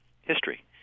history